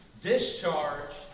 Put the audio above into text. discharged